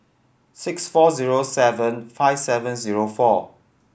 six four zero seven five seven zero four